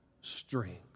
strength